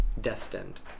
destined